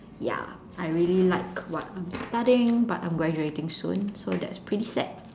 ya I really like what I'm studying but I'm graduating soon so that's pretty sad